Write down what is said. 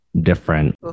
different